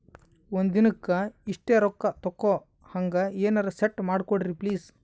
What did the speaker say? ಒಂದಿನಕ್ಕ ಇಷ್ಟೇ ರೊಕ್ಕ ತಕ್ಕೊಹಂಗ ಎನೆರೆ ಸೆಟ್ ಮಾಡಕೋಡ್ರಿ ಪ್ಲೀಜ್?